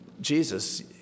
Jesus